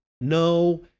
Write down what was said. No